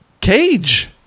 cage